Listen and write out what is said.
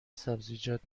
سبزیجات